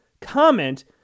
comment